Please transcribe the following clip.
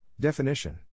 Definition